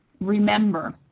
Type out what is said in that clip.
Remember